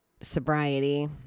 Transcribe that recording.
sobriety